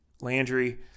Landry